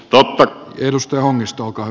totta kai